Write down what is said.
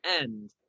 end